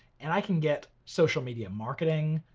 and i can get social media marketing,